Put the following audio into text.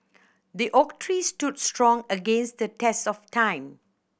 the oak tree stood strong against the test of time